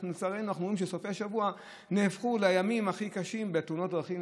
לצערנו אנחנו רואים שסופי שבוע נהפכו לימים הכי קשים בתאונות דרכים,